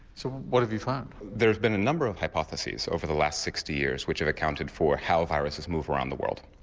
so what have you found? there have been a number of hypotheses over the last sixty years which have accounted for how viruses move around the world.